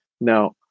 Now